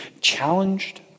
challenged